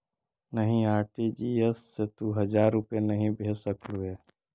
नहीं, आर.टी.जी.एस से तू हजार रुपए नहीं भेज सकलु हे